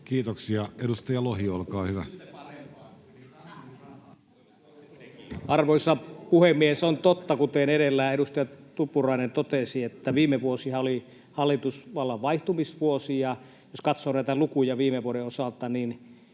Time: 14:14 Content: Arvoisa puhemies! On totta, kuten edellä edustaja Tuppurainen totesi, että viime vuosihan oli hallitusvallan vaihtumisvuosi, ja jos katsoo näitä lukuja viime vuoden osalta, niin